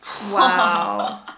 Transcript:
Wow